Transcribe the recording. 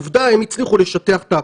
עובדה, הם הצליחו לשטח את העקומה.